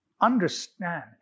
Understand